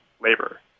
Labor